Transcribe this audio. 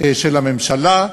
של הממשלה,